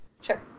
Sure